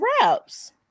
wraps